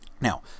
Now